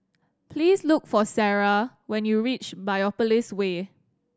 please look for Sara when you reach Biopolis Way